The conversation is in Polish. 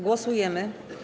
Głosujemy.